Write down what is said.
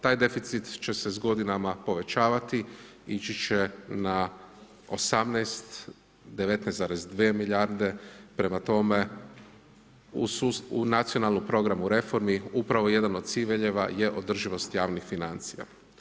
Taj deficit će se s godinama povećavati, ići će na 18, 19,2 milijarde, prema tome, u nacionalnom programu reformi upravo jedan od ciljeva je održivost javnih financija.